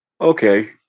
Okay